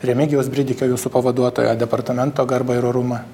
remigijaus bridikio jūsų pavaduotojo departamento garbę ir orumą